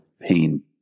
pain